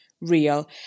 real